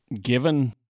given